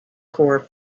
core